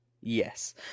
Yes